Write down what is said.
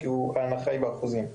כי ההנחה היא באחוזים.